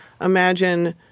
imagine